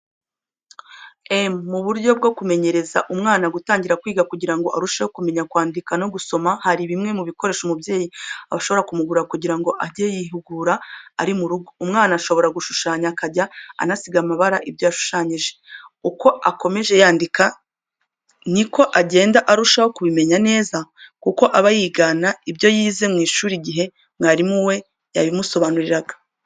M buryo bwo kumenyereza umwana ugitangira kwiga kugira ngo arusheho kumenya kwandika no gusoma, hari bimwe mu bikoresho umubyeyi ashobora kumugurira kugira ngo ajye yihugura ari no mu rugo. Umwana ashobora gushushanya akajya anasiga amabara ibyo yashushanyije, uko akomeza yandika ni ko agenda arushaho kubimenya neza kuko aba yigana ibyo yize mu ishuri igihe mwarimu we yabimusobanuriraga.